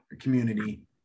community